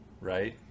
right